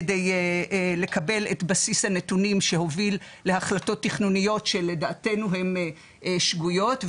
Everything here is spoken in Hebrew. כדי לקבל את בסיס הנתונים שהוביל להחלטות תכנוניות שלדעתנו הן שגויות.